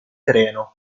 treno